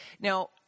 Now